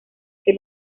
que